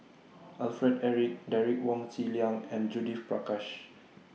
Alfred Eric Derek Wong Zi Liang and Judith Prakash